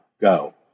Go